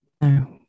No